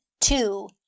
Two